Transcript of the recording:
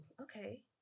okay